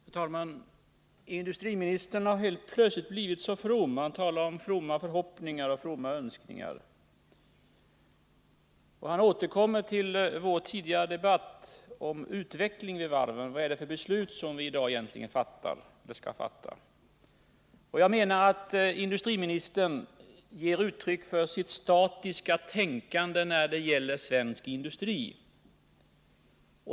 Herr talman! Industriministern har plötsligt blivit så from. Han talar om fromma förhoppningar och fromma önskningar. Han återkommer till vår tidigare debatt om utvecklingen vid varven — vad det är för beslut som vi i dag skall fatta. Jag menar att industriministern ger uttryck för sitt statiska tänkande när det gäller svensk industri.